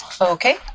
Okay